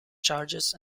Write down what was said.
charges